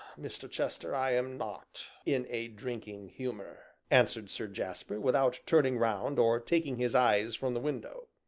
mr. chester, i am not in a drinking humor, answered sir jasper, without turning round, or taking his eyes from the window.